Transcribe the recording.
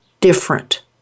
different